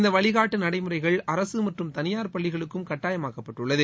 இந்த வழிகாட்டு நடைமுறைகள் அரசு மற்றும் தளியார் பள்ளிகளுக்கும் கட்டாயமாக்கப்பட்டுள்ளது